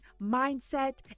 mindset